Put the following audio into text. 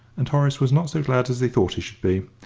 and horace was not so glad as he thought he should be.